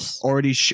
already